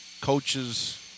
coaches